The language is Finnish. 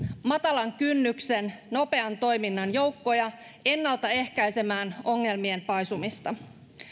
matalan kynnyksen nopean toiminnan joukkoja ennaltaehkäisemään ongelmien paisumista